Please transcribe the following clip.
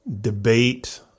debate